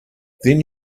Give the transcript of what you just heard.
then